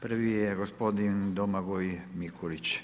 Prvi je gospodin Domagoj Mikulić.